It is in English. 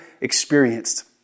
experienced